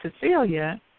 Cecilia